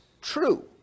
true